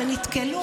הם נתקלו,